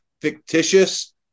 fictitious